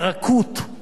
הרכות